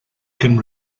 can